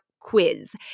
quiz